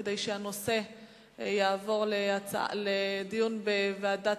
כדי שהנושא יעבור לדיון בוועדה